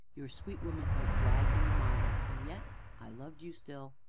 your sweet womanhood dragged in the mire, and yet i loved you still.